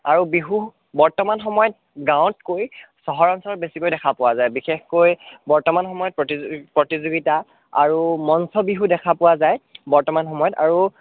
আৰু বিহু বৰ্তমান সময়ত গাঁৱতকৈ চহৰ অঞ্চলত বেছিকৈ দেখা পোৱা যায় বিশেষকৈ বৰ্তমান সময়ত প্ৰতিযোগী প্ৰতিযোগিতা আৰু মঞ্চ বিহু দেখা পোৱা যায় বৰ্তমান সময়ত আৰু